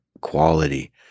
Quality